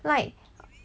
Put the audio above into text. like